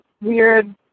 weird